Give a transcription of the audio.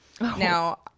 Now